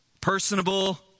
personable